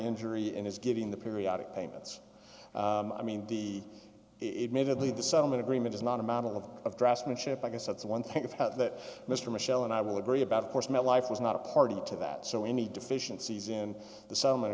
injury and is giving the periodic payments i mean the it made at least the settlement agreement is not a model of dress and ship i guess that's one thing that mr michel and i will agree about of course met life was not a party to that so any deficiencies in the settlement